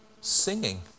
singing